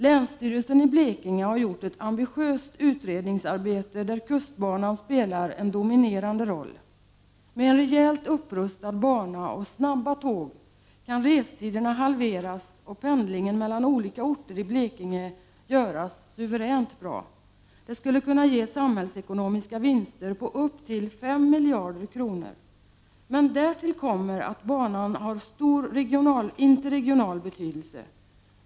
Länsstyrelsen i Blekinge har gjort ett ambitiöst utredningsarbete där kustbanan spelar en dominerande roll. Med en rejält upprustad bana och snabba tåg kan restiderna halveras och pendlingen mellan olika orter i Blekinge göras suveränt bra. Det skulle kunna ge samhällsekonomiska vinster på upp till 5 miljarder kronor. Men därtill kommer att banan har stor interregional betydelse.